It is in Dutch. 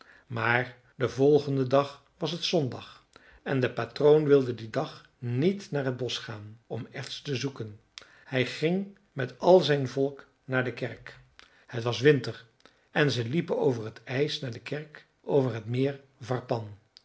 maar den volgenden dag was het zondag en de patroon wilde dien dag niet naar het bosch gaan om erts te zoeken hij ging met al zijn volk naar de kerk het was winter en zij liepen over het ijs naar de kerk over het meer varpan